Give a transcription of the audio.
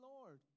Lord